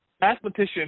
mathematician